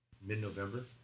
mid-November